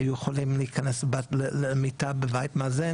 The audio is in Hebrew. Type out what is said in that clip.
היו יכולים להיכנס למיטה בבית מאזן